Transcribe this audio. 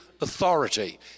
authority